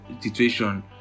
situation